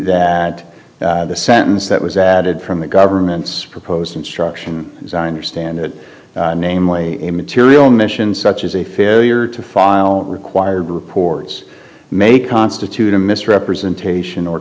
that the sentence that was added from the government's proposed instruction as i understand it namely immaterial missions such as a failure to file required reports may constitute a misrepresentation or